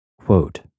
Quote